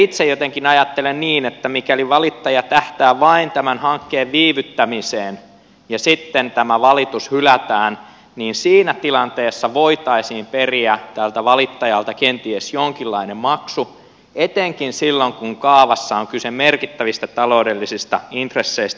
itse ajattelen jotenkin niin että mikäli valittaja tähtää vain tämän hankkeen viivyttämiseen ja sitten tämä valitus hylätään niin siinä tilanteessa voitaisiin periä tältä valittajalta kenties jonkinlainen maksu etenkin silloin kun kaavassa on kyse merkittävistä taloudellisista intresseistä